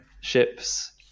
ships